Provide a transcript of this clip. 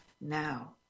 now